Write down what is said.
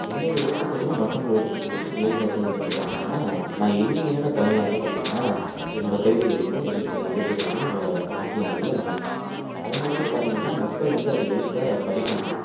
என்னோட எழுத்துக்களும் மற்றவங்களோட எழுத்துக்களுக்கு வேறுபாடு என்னென்னு பார்த்திங்கனா நான் எளிமையான தமிழில் வந்து பார்த்திங்கனா என்னோட கவிதைகளையும் எழுத் எழுத்துக்களையும் என்னோட வாக்கியங்களையும் நான் அமைப்பேன் அதுனாலயே பார்த்திங்கனா மக்கள் வந்து அதை எழுத்தா படிக்க முடியும்